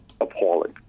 appalling